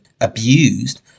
abused